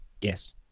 Yes